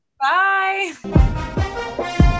Bye